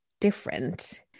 different